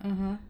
(uh huh)